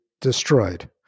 destroyed